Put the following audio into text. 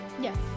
Yes